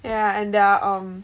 yeah and they're um